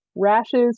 rashes